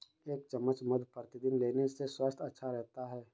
एक चम्मच मधु प्रतिदिन लेने से स्वास्थ्य अच्छा रहता है